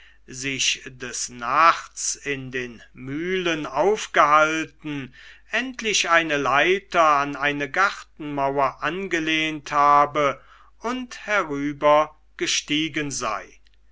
sich des nachts in den mühlen aufgehalten endlich eine leiter an eine gartenmauer angelehnt habe und herübergestiegen sei